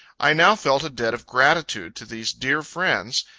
i now felt a debt of gratitude to these dear friends,